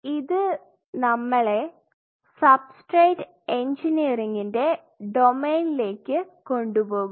ഇത് നമ്മളെ സബ്സ്ട്രേറ്റ് എഞ്ചിനീയറിംഗിന്റെ ഡൊമെയ്നിലേക്ക് കൊണ്ടുപോകും